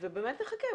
ובאמת נחכה.